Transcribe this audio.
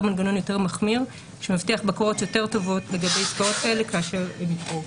מנגנון יותר מחמיר שמבטיח בקרות יותר טובות לגבי עסקאות אלה כאשר הן יקרו.